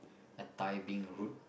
a Thai being rude